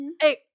hey